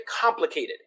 complicated